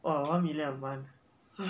one million one